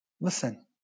Listen